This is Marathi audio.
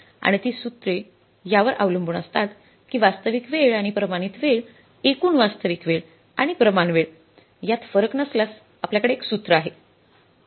आणि ती सूत्रे यावर अवलंबून असतात की वास्तविक वेळ आणि प्रमाणित वेळ एकूण वास्तविक वेळ आणि प्रमाणवेळ वेळ यात फरक नसल्यास आपल्याकडे 1 सूत्र आहे